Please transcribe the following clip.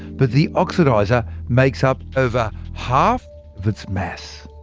but the oxidizer makes up over half of its mass.